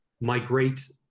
migrate